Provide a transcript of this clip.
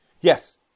Yes